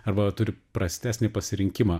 arba turi prastesnį pasirinkimą